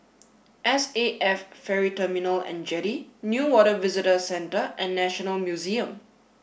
S A F Ferry Terminal and Jetty Newater Visitor Centre and National Museum